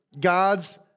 God's